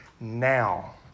now